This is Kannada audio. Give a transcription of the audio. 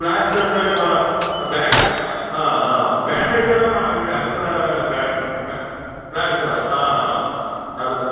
ಪ್ಲಾಸ್ಟರ್ ಟೈಪ್ ಬ್ಯಾಂಡ್ ಹಾಂ ಹಾಂ ಬ್ಯಾಂಡೇಜ್ ಅಲ್ಲ ಮಾ ಇಲ್ಲಿ ಹತ್ರ ಬ್ಯಾ ಬ್ಯಾ ಪ್ಲಾಸ್ಟರ್ ಹಾಂ ಹಾಂ ಅದು